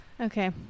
okay